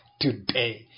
today